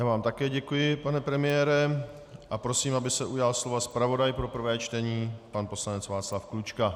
Já vám také děkuji, pane premiére, a prosím, aby se ujal slova zpravodaj pro prvé čtení pan poslanec Václav Klučka.